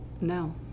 No